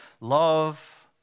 love